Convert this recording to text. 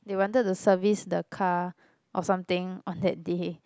they wanted to service the car or something on that day